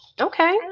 Okay